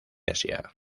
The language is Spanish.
asia